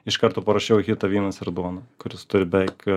iš karto parašiau hitą vynas ir duona kuris turi beveik